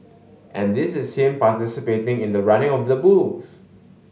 and this is him participating in the running of the bulls